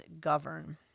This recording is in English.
govern